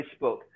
Facebook